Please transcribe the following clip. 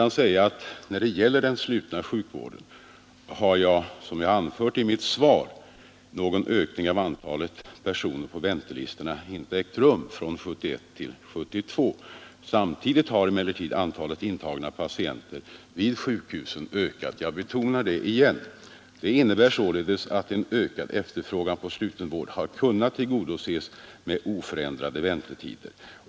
När det gäller den slutna sjukvården har, som jag anfört i mitt svar, någon ökning av antalet personer som väntar på att bli intagna på sjukhus inte ägt rum från 1971 till 1972. Samtidigt har emellertid antalet intagna patienter vid sjukhusen ökat. Jag betonar det igen. Det innebär således att en ökad efterfrågan på sluten vård har kunnat tillgodoses med oförändrade väntetider.